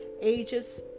ages